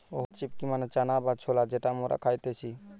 white chickpea মানে চানা বা ছোলা যেটা মরা খাইতেছে